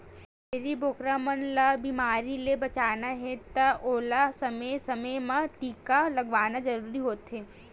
छेरी बोकरा मन ल बेमारी ले बचाना हे त ओला समे समे म टीका लगवाना जरूरी होथे